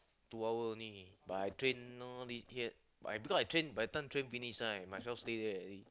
two hour only but I train know here yet but I because I train by the time train finish right might as well stay there already